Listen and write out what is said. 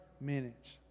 minutes